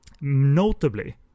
Notably